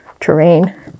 terrain